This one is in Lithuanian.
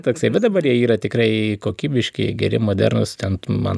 toksai bet dabar jie yra tikrai kokybiški geri modernūs ten man